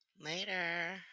later